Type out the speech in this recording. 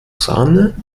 sahne